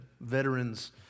veterans